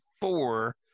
four